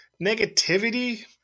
negativity